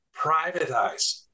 privatize